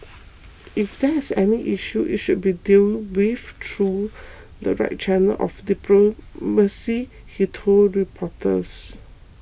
if there is any issue it should be dealt with through the right channels of diplomacy he told reporters